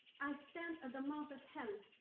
i stand at the mouth of hell,